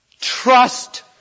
Trust